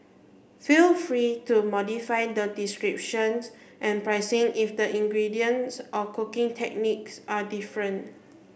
feel free to modify the descriptions and pricing if the ingredients or cooking techniques are different